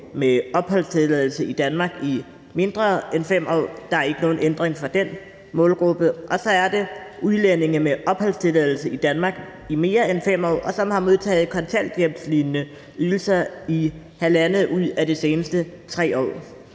med opholdstilladelse i Danmark i mindre end 5 år, og der er ikke nogen ændring for den målgruppe, og der er udlændinge med opholdstilladelse i Danmark i mere end 5 år, som har modtaget kontanthjælpslignende ydelser i halvandet ud af de seneste 3 år.